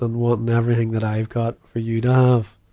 and wanting everything that i've got for you to have.